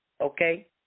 okay